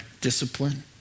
discipline